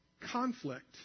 Conflict